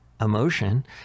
emotion